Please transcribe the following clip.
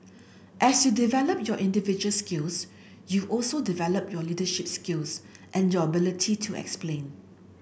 as you develop your individual skills you also develop your leadership skills and your ability to explain